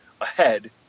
ahead